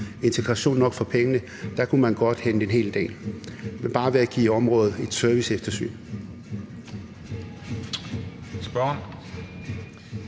integration nok for pengene. Der kunne man godt hente en hel del bare ved at give området et serviceeftersyn. Kl.